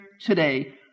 today